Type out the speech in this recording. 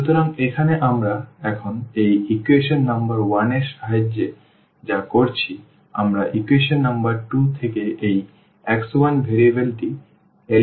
সুতরাং এখানে আমরা এখন এই ইকুয়েশন নম্বর 1 এর সাহায্যে যা করছি আমরা ইকুয়েশন নম্বর 2 থেকে এই x1 ভেরিয়েবলটি নির্মূল করার চেষ্টা করছি